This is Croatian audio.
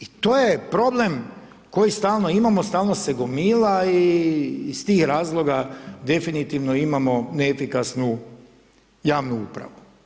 I to je problem koji stalno imamo, stalno se gomila i iz tih razloga definitivno imamo neefikasnu javnu upravu.